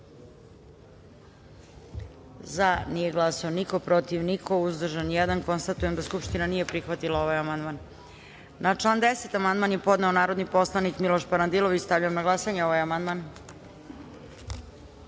glasanje: za – niko, protiv – niko, uzdržan – jedan. Konstatujem da Skupština nije prihvatila ovaj amandman. Na član 10. amandman je podneo narodi poslanik Miloš Parandilović. Stavljam na glasanje ovaj